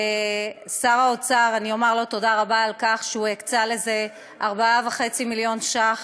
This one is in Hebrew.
לשר האוצר אני אומר תודה רבה על כך שהוא הקצה לזה 4.5 מיליון ש"ח,